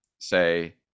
say